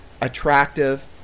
attractive